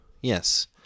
Yes